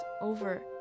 over